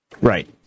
Right